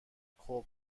خوب